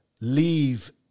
leave